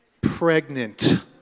pregnant